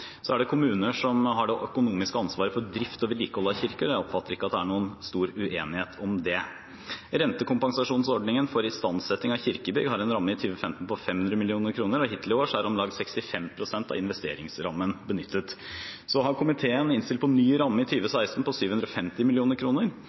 er kommunene som har det økonomiske ansvaret for drift og vedlikehold av kirkene, og jeg oppfatter ikke at det er noen stor uenighet om det. Rentekompensasjonsordningen for istandsetting av kirkebygg har en ramme i 2015 på 500 mill. kr, og hittil i år har om lag 65 pst. av investeringsrammen blitt benyttet. Komiteen har innstilt på ny ramme i 2016 på 750